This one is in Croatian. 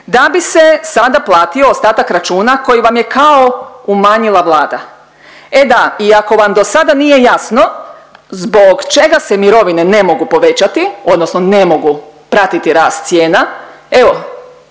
da bi se sada platio ostatak računa koji vam je kao umanjila Vlada. E da i ako vam do sada nije jasno zbog čega se mirovine ne mogu povećati, odnosno ne mogu pratiti rast cijena evo